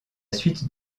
suite